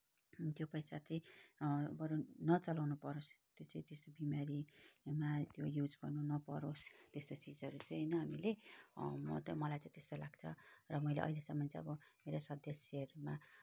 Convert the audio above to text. अनि त्यो पैसा चाहिँ बरू नचलाउनु परोस् त्यो चाहिँ त्यस्तो बिमारीमा त्यो युज गर्नु नपरोस् त्यस्तो चिजहरू चाहिँ होइन हामीले म त मलाई चाहिँ त्यस्तो लाग्छ र मैले अहिलेसम्म चाहिँ अब मेरो सदस्यहरूमा